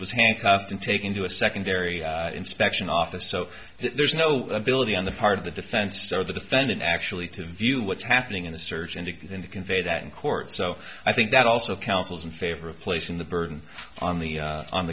was handcuffed and taken to a secondary inspection office so there's no ability on the part of the defense or the defendant actually to view what's happening in the search and to get him to convey that in court so i think that also counsels in favor of placing the burden on the on